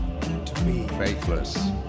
Faithless